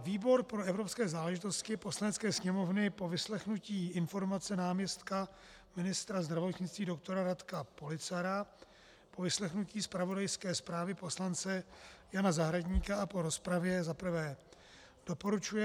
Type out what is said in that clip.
Výbor pro evropské záležitosti Poslanecké sněmovny po vyslechnutí informace náměstka ministra zdravotnictví doktora Radka Policara, po vyslechnutí zpravodajské zprávy poslance Jana Zahradníka a po rozpravě za prvé doporučuje